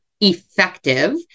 effective